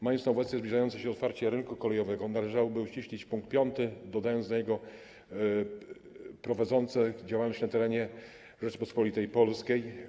Mając na uwadze zbliżające się otwarcie rynku kolejowego, należałoby uściślić pkt 5, dodając do niego: prowadzącego działalność na terenie Rzeczypospolitej Polskiej.